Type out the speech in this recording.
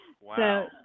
Wow